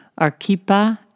Arquipa